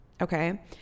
okay